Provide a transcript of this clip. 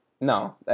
No